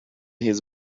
his